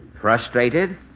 Frustrated